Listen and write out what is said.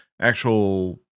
actual